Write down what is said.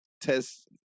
test